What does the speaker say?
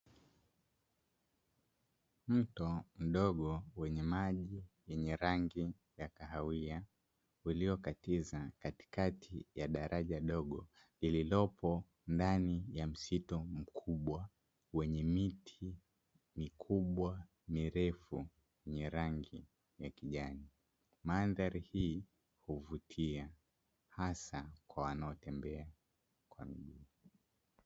Mto mdogo wenye maji yenye maji yenye rangi ya kahawia, uliokatiza katikati ya daraja dogo lililopo ndani ya msitu mkubwa, wenye miti mikubwa mirefu yenye rangi ya kijani. mandhari hii huvutia hasa kwa wanaotembea kwa miguu.